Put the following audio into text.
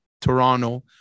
Toronto